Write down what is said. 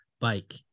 Bike